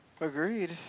Agreed